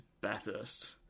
bathurst